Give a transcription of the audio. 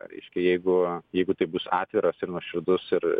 reiškia jeigu jeigu tai bus atviras ir nuoširdus ir